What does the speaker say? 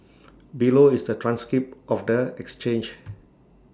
below is the transcript of the exchange